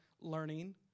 learning